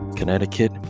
Connecticut